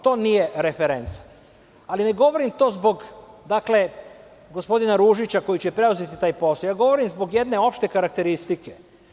To nije referenca, ali ne govorim to zbog gospodina Ružića koji će preuzeti taj posao, govorim zbog jedne opšte karakteristike.